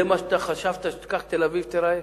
זה מה שחשבת, שכך תל-אביב תיראה?